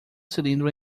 cilindro